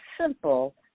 simple